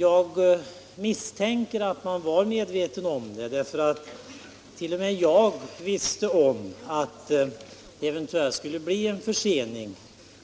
Jag misstänker att man var medveten därom, eftersom t.o.m. jag visste att det eventuellt skulle bli en försening.